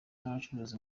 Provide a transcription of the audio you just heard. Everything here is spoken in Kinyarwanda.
n’abacuruzi